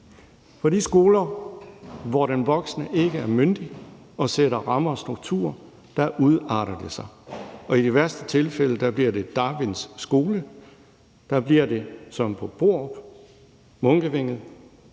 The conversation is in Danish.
For på de skoler, hvor den voksne ikke er myndig og sætter rammer og strukturer, udarter det sig, og i de værste tilfælde bliver det Darwins skole. Det bliver som på Borup Skole, Munkevængets